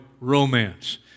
romance